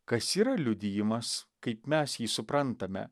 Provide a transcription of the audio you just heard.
kas yra liudijimas kaip mes jį suprantame